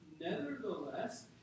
Nevertheless